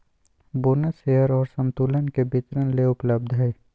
bonus share और संतुलन के वितरण ले उपलब्ध हइ